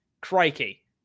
Crikey